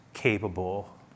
Capable